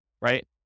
right